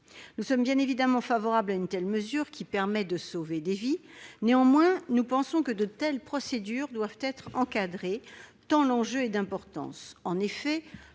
Nous sommes bien évidemment favorables à une telle mesure, qui permettra de sauver des vies. Néanmoins, nous pensons que de telles procédures doivent être encadrées, tant l'enjeu est d'importance.